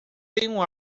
tenho